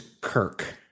Kirk